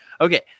Okay